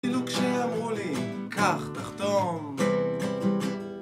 אפילו כשאמרו לי, קח תחתום